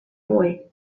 boy